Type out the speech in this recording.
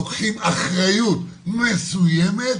לוקחים אחריות מסויימת,